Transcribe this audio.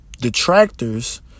detractors